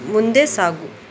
ಮುಂದೆ ಸಾಗು